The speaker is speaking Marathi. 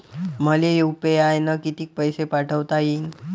मले यू.पी.आय न किती पैसा पाठवता येईन?